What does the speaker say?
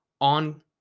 on